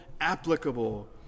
applicable